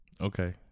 Okay